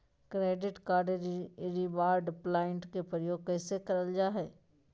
Credit card reward point के प्रयोग कैसे करल जा है?